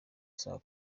saa